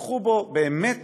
ובאמת